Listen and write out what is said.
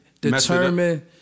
determine-